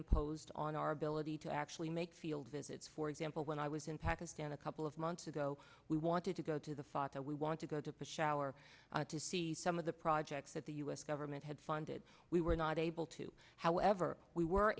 imposed on our ability to actually make field visits for example when i was in pakistan a couple of months ago we wanted to go to the fata we want to go to push our to see some of the projects that the u s government had funded we were not able to however we were